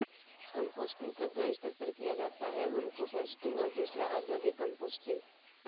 composting को दो स्तर पर किया जाता है होम कंपोस्टिंग और दूसरा औद्योगिक कंपोस्टिंग